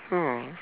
oh